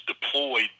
deployed